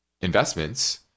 investments